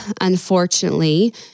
unfortunately